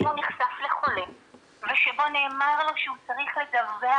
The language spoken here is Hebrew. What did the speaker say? שהוא נחשף לחולה ושבו נאמר לו שהוא צריך לדווח